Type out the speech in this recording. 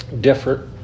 different